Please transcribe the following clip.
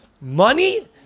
money